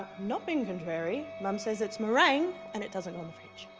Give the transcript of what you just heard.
not being contrary, mom says it's meringue and it doesn't go in the fridge.